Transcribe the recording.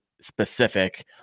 specific